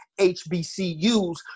hbcus